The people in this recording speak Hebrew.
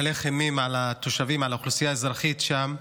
להלך אימים על התושבים, על האוכלוסייה האזרחית שם,